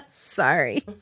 sorry